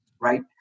right